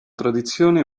tradizione